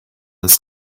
this